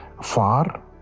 far